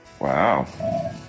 Wow